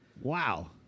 wow